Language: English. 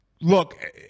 look